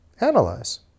analyze